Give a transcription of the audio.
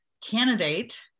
candidate